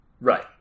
Right